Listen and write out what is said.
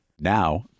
Now